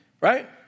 right